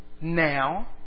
now